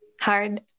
hard